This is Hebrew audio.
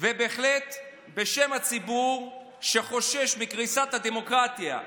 ובהחלט בשם הציבור שחושש מקריסת הדמוקרטיה,